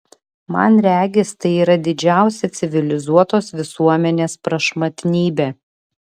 man regis tai yra didžiausia civilizuotos visuomenės prašmatnybė